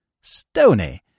Stony